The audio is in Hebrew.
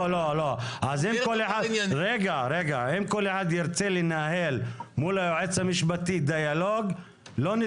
אם כל אחד ירצה לנהל דיאלוג מול היועץ המשפטי,